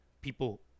people